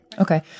Okay